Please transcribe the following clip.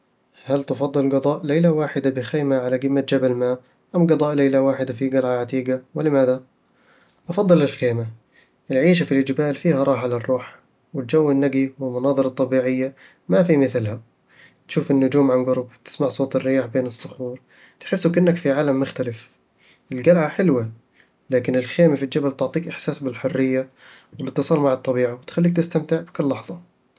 هل تفضل قضاء ليلة واحدة بخيمة على قمة جبل ما أم قضاء ليلة واحدة في قلعة عتيقة؟ ولماذا؟ أفضّل الخيمة العيشة في الجبال فيها راحة للروح، والجو النقي والمناظر الطبيعية ما في مثلها تشوف النجوم عن قرب وتسمع صوت الرياح بين الصخور، وتحس وكأنك في عالم مختلف القلعة حلوة، لكن الخيمة في الجبل تعطيك إحساس بالحرية والاتصال مع الطبيعة، وتخليك تستمتع بكل لحظة